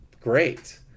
great